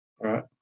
Right